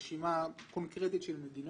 הבנק מחויב לעשות את הבדיקות